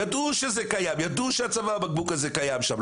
ידעו שצוואר הבקבוק הזה קיים שם.